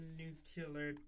nuclear